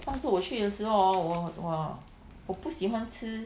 上次我去的时候 hor 我 !wah! 我不喜欢吃